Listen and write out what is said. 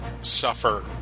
suffer